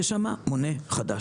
יש שם מונה חדש.